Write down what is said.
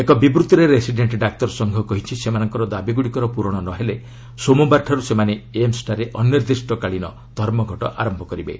ଏକ ବିବୃତ୍ତିରେ ରେସିଡେଣ୍ଟ ଡାକ୍ତର ସଂଘ କହିଛି ସେମାନଙ୍କର ଦାବିଗୁଡ଼ିକର ପ୍ରରଣ ନ ହେଲେ ସୋମବାରଠାର୍ଚ୍ଚ ସେମାନେ ଏମ୍ସ୍ ଠାରେ ଅନିର୍ଦ୍ଦିଷ୍ଟ କାଳୀନ ଧର୍ମଘଟ ଆରମ୍ଭ କରିବେ